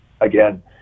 again